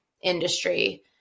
industry